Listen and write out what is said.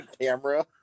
camera